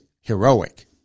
heroic